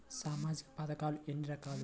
సామాజిక పథకాలు ఎన్ని రకాలు?